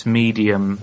medium